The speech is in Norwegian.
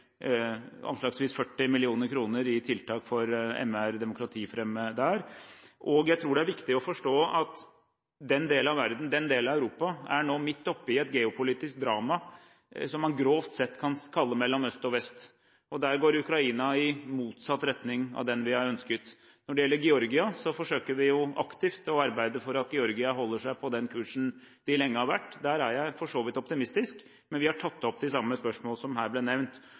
40 mill. kr i tiltak for å fremme menneskerettigheter og demokrati der. Jeg tror det er viktig å forstå at den delen av Europa nå er midt oppe i et geopolitisk drama som man grovt sett kan si er mellom øst og vest. Der går Ukraina i motsatt retning av den vi har ønsket. Når det gjelder Georgia, forsøker vi aktivt å arbeide for at Georgia holder seg på den kursen de lenge har vært. Der er jeg for så vidt optimistisk, men vi har tatt opp de samme spørsmålene som her ble nevnt.